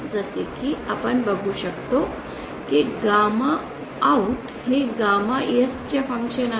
जसे की आपण बघू शकतो कि गॅमा आउट हे गॅमा S चे फंक्शन आहे